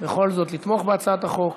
בכל זאת לתמוך בהצעת החוק.